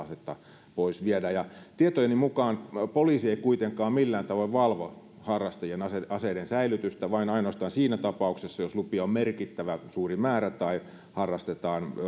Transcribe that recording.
asetta voisi viedä tietojeni mukaan poliisi ei kuitenkaan millään tavoin valvo harrastajien aseiden säilytystä vain ja ainoastaan siinä tapauksessa jos lupia on merkittävän suuri määrä tai harrastetaan